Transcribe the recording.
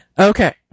Okay